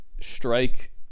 strike